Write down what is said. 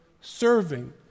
serving